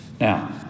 Now